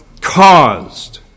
caused